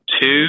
two